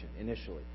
initially